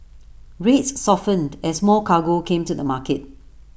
rates softened as more cargo came to the market